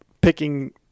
picking